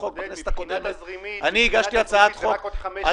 מבחינה תזרימית זה רק עוד חמש שנים.